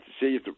see